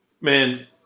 man